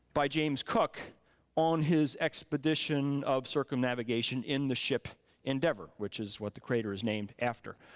by james cook on his expedition of circumnavigation in the ship endeavor, which is what the crater is named after.